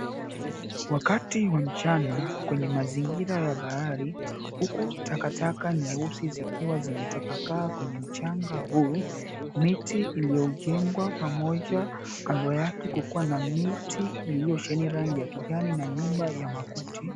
Wakati wa mchana kwenye mazingira ya bahari huku takataka nyeusi zikiwa zimetapakaa kwenye mchanga huu. Miti iliyojengwa pamoja kando yake kukiwa na miti iliyosheheni rangi ya kijani na nyumba ya makuti.